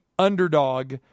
underdog